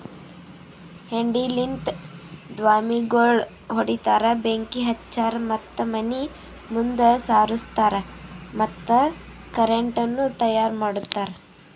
ಹೆಂಡಿಲಿಂತ್ ದ್ವಾಮಿಗೋಳ್ ಹೊಡಿತಾರ್, ಬೆಂಕಿ ಹಚ್ತಾರ್ ಮತ್ತ ಮನಿ ಮುಂದ್ ಸಾರುಸ್ತಾರ್ ಮತ್ತ ಕರೆಂಟನು ತೈಯಾರ್ ಮಾಡ್ತುದ್